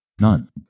None